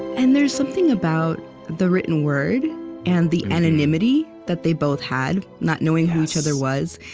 and there's something about the written word and the anonymity that they both had, not knowing who each other was,